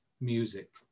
music